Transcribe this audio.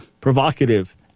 provocative